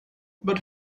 but